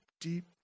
deep